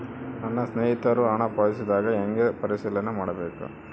ನನ್ನ ಸ್ನೇಹಿತರು ಹಣ ಪಾವತಿಸಿದಾಗ ಹೆಂಗ ಪರಿಶೇಲನೆ ಮಾಡಬೇಕು?